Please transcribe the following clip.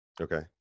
Okay